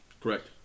Correct